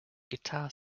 guitar